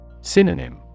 Synonym